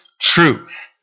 truth